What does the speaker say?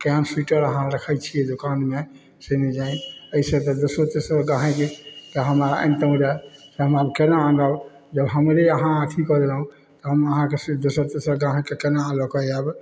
केहन स्वीटर अहाँ रखै छियै दोकानमे से नहि जानि एहिसे तऽ दोसरो तेसर ग्राहकके जे हम आनितौ रए से हम आब केना आनब जँ हमरे अहाँ अथी कऽ देलहुॅं तऽ हम अहाँके सिर्फ दोसर तेसर ग्राहकके केना लऽ कऽ आयब